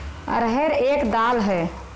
अरहर एक दाल है